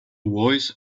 voice